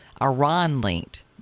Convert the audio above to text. iran-linked